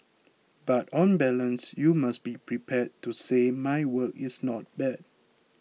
but on balance you must be prepared to say my work is not bad